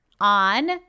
on